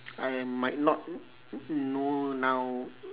I might not kn~ know now